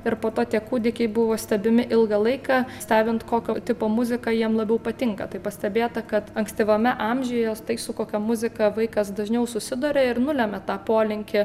ir po to tie kūdikiai buvo stebimi ilgą laiką stebint kokio tipo muzika jiem labiau patinka tai pastebėta kad ankstyvame amžiuje tai su kokia muzika vaikas dažniau susiduria ir nulemia tą polinkį